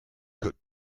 que